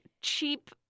cheap